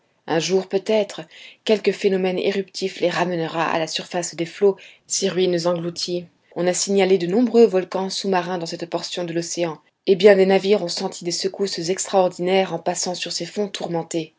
un jour peut-être quelque phénomène éruptif les ramènera à la surface des flots ces ruines englouties on a signalé de nombreux volcans sous-marins dans cette portion de l'océan et bien des navires ont senti des secousses extraordinaires en passant sur ces fonds tourmentés